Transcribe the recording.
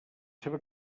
seva